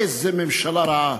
איזו ממשלה רעה.